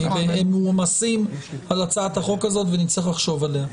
הם מועמסים על הצעת החוק הזאת ונצטרך לחשוב על זה.